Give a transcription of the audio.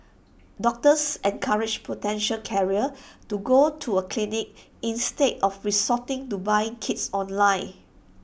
doctors encouraged potential carriers to go to A clinic instead of resorting to buying kits online